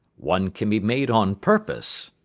one can be made on purpose.